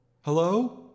hello